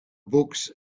books